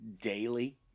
daily